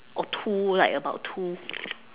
or two like about two